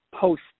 post